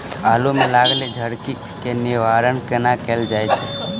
आलु मे लागल झरकी केँ निवारण कोना कैल जाय छै?